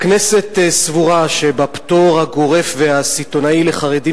הכנסת סבורה שבפטור הגורף והסיטוני לחרדים